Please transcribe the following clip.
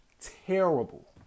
terrible